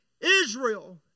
Israel